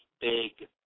big